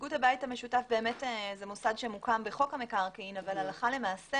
נציגות הבית המשותף זה מוסד שמוקם בחוק המקרקעין אבל הלכה למעשה